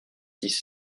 six